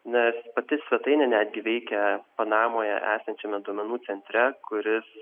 nes pati svetainė netgi veikia panamoje esančiame duomenų centre kuris